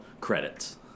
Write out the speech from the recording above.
credits